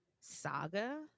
saga